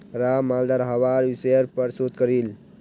राम मालदार हवार विषयर् पर शोध करील